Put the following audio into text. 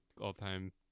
all-time